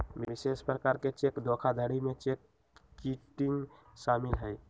विशेष प्रकार के चेक धोखाधड़ी में चेक किटिंग शामिल हइ